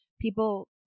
people